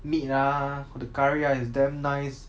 meat ah the curry rice is damn nice